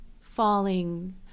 falling